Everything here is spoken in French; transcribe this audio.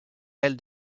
elle